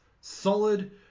solid